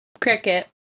cricket